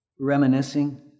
reminiscing